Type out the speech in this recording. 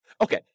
Okay